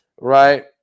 Right